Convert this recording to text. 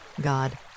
God